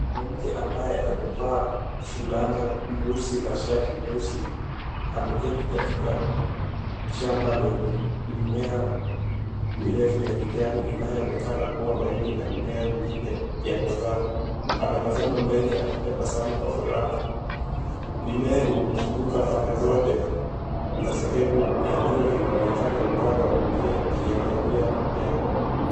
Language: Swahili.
Kuna mwanamke ambaye amevaa fulana nyeusi na shati nyeusi, ameketi katika shamba lenye mimea mirefu ya kijani inayoonekana kuwa mahindi na mimea mingine ya mazao, anatazama mbele akitabasamu kwa furaha. Mimea imemzunguka pande zote, na sehemu ya jua inaonekana upande wa kulia ikiangazia mimea.